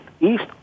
East